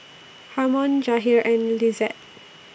Harmon Jahir and Lizette